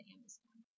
Amazon